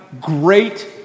great